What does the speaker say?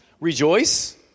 Rejoice